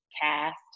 cast